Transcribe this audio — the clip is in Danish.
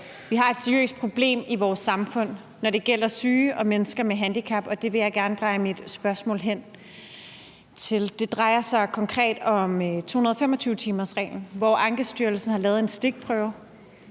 Vi har et seriøst problem i vores samfund, når det gælder syge og mennesker med handicap, og det vil jeg gerne dreje mit spørgsmål hen på. Det drejer sig konkret om 225-timersreglen, hvor Ankestyrelsen har lavet en stikprøve,